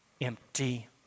empty